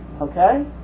okay